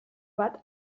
bat